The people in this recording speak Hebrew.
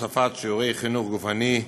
הוספת שיעורי חינוך גופני),